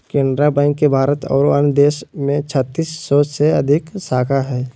Canara bank के भारत आरो अन्य देश में छत्तीस सौ से अधिक शाखा हइ